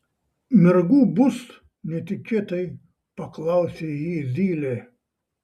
mergų bus netikėtai paklausė jį zylė